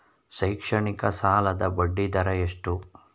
ಶೈಕ್ಷಣಿಕ ಸಾಲದ ಬಡ್ಡಿ ದರ ಎಷ್ಟು?